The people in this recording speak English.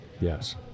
Yes